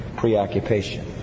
preoccupation